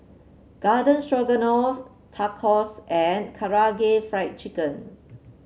Garden Stroganoff Tacos and Karaage Fried Chicken